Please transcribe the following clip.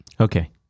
Okay